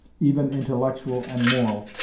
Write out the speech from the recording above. even intellectual and moral,